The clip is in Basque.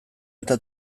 eta